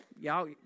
Y'all